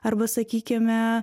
arba sakykime